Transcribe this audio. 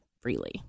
freely